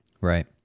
Right